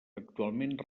actualment